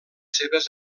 seves